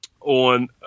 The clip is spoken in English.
on